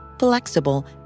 Flexible